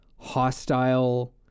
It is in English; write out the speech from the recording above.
hostile